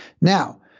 Now